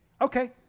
okay